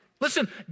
Listen